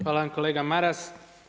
Hvala vam kolega Maras.